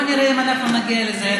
בוא נראה אם אנחנו נגיע לזה.